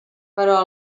però